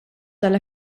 tal